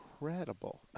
incredible